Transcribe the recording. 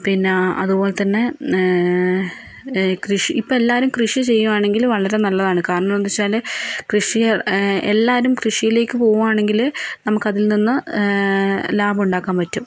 പിന്നെ അതുപോലെത്തന്നെ കൃഷി ഇപ്പോൾ എല്ലാവരും കൃഷി ചെയ്യുകയാണെങ്കിൽ വളരെ നല്ലതാണ് കാരണം എന്താ വച്ചാൽ കൃഷിയെ എല്ലാവരും കൃഷിയിലേക്ക് പോവുകയാണെങ്കിൽ നമുക്ക് അതിൽനിന്ന് ലാഭം ഉണ്ടാക്കാൻ പറ്റും